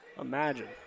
imagine